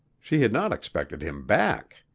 she had not expected him back.